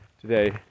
today